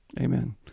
Amen